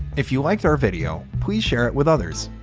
if you liked our video, please share it with others.